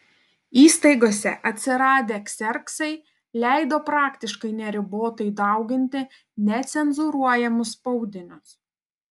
įstaigose atsiradę kserksai leido praktiškai neribotai dauginti necenzūruojamus spaudinius